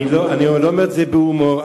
אני לא אומר את זה בהומור.